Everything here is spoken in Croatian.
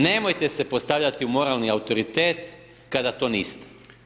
Nemojte se postavljati u moralni autoritet kada to niste.